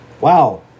Wow